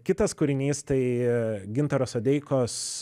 kitas kūrinys tai gintaro sodeikos